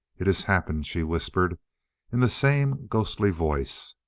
it has happened, she whispered in the same ghostly voice.